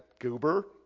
goober